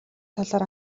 талаар